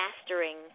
mastering